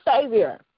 Savior